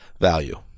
value